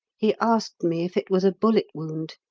he asked me if it was a bullet wound!